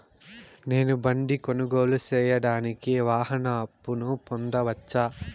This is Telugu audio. నేను బండి కొనుగోలు సేయడానికి వాహన అప్పును పొందవచ్చా?